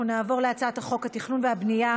אנחנו נעבור להצעת חוק התכנון והבנייה